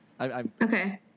Okay